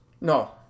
No